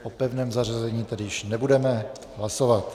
O pevném zařazení tedy již nebudeme hlasovat.